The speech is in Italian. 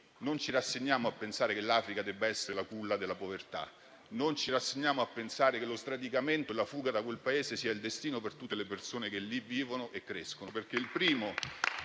non ci rassegniamo a pensare che l'Africa debba essere la culla della povertà. Non ci rassegniamo a pensare che lo sradicamento e la fuga da quel Paese siano il destino per tutte le persone che lì vivono e crescono,